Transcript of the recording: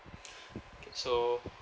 okay so